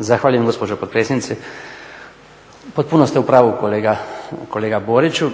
Zahvaljujem gospođo potpredsjednice. Potpuno ste u pravu kolega Boriću.